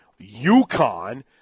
UConn